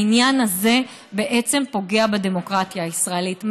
העניין הזה בעצם פוגע בדמוקרטיה הישראלית,